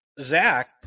Zach